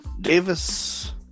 Davis